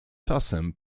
czasem